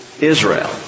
Israel